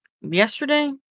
Yesterday